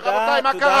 רבותי, מה קרה?